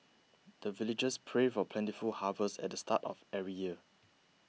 the villagers pray for plentiful harvest at the start of every year